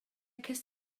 cest